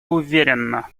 уверенно